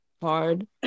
hard